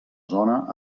zona